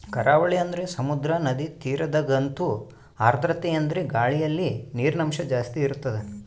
ಕರಾವಳಿ ಅಂದರೆ ಸಮುದ್ರ, ನದಿ ತೀರದಗಂತೂ ಆರ್ದ್ರತೆಯೆಂದರೆ ಗಾಳಿಯಲ್ಲಿ ನೀರಿನಂಶ ಜಾಸ್ತಿ ಇರುತ್ತದೆ